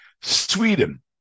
Sweden